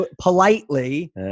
politely